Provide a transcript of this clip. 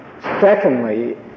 Secondly